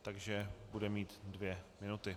Takže bude mít dvě minuty.